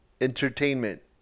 entertainment